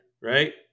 right